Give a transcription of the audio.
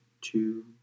two